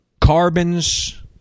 Carbons